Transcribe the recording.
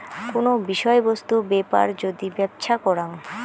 কোন বিষয় বস্তু বেপার যদি ব্যপছা করাং